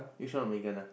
you sure not Megan ah